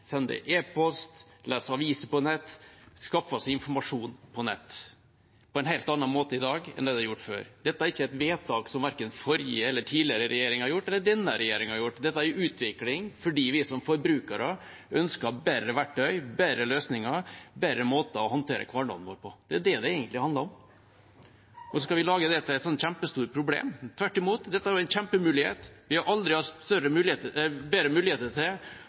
sender e-post, leser aviser på nett, skaffer seg informasjon på nett – på en helt annen måte i dag enn man gjorde før. Dette er ikke et vedtak som forrige regjering eller tidligere regjeringer har gjort, eller som denne regjeringen har gjort, dette er en utvikling som skjer fordi vi som forbrukere ønsker bedre verktøy, bedre løsninger og bedre måter å håndtere hverdagen vår på. Det er det det egentlig handler om. Og så lager vi det til et kjempestort problem. Tvert imot – dette er jo en kjempemulighet. Vi har aldri hatt bedre muligheter til